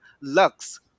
Lux